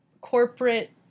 corporate